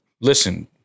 listen